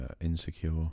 insecure